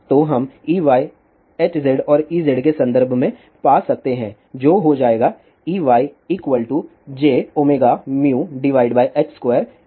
तो हम Ey Hz और Ez के संदर्भ में पा सकते है जो हो जाएगा Eyjωμh2∂Hz∂x